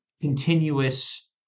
continuous